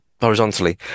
horizontally